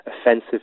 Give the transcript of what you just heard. Offensive